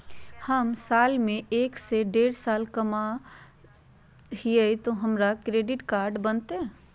हम साल में एक से देढ लाख कमा हिये तो हमरा क्रेडिट कार्ड बनते?